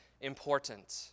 important